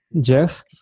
Jeff